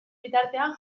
bitartean